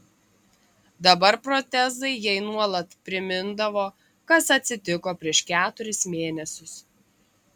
dabar protezai jai nuolat primindavo kas atsitiko prieš keturis mėnesius